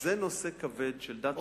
זה נושא כבד של דת ומדינה,